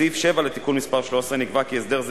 בסעיף 7 לתיקון מס' 13 נקבע כי הסדר זה